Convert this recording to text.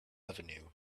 avenue